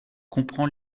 comprend